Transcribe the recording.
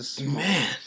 man